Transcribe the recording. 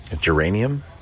Geranium